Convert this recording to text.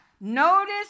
Notice